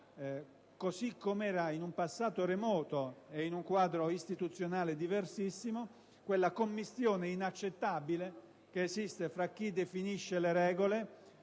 così come era in un passato remoto ed in un quadro istituzionale diversissimo, quella commistione inaccettabile che esiste tra chi definisce le regole,